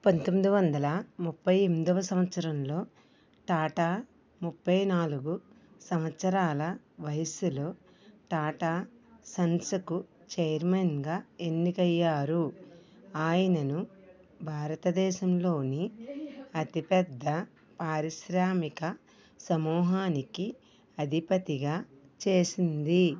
పంతొమ్మిది వందల ముప్పై ఎనిమిదవ సంవత్సరంలో టాటా ముప్పై నాలుగు సంవత్సరాల వయస్సులో టాటా సైన్స్ కు ఛైర్మన్గా ఎన్నికయ్యారు ఆయనను భారతదేశంలోని అతిపెద్ద పారిశ్రామిక సమూహానికి అధిపతిగా చేసింది